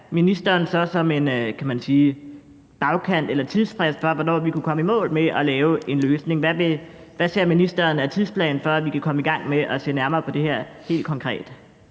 ser ministeren som en bagkant eller tidsfrist for, hvornår vi kunne komme i mål med at lave en løsning, og hvad ser ministeren af tidsplan for, at vi kan komme i gang med at se nærmere på det her helt konkret?